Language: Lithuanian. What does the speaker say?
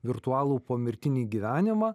virtualų pomirtinį gyvenimą